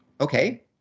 Okay